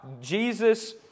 Jesus